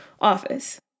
office